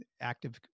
Active